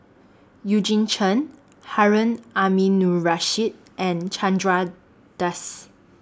Eugene Chen Harun Aminurrashid and Chandra Das